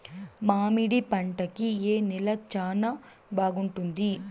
మామిడి పంట కి ఏ నేల చానా బాగుంటుంది